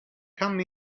come